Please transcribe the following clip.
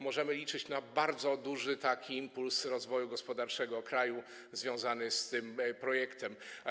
Możemy liczyć na taki bardzo duży impuls rozwoju gospodarczego kraju związany z tym projektem.